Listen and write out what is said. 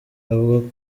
avuga